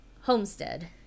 homestead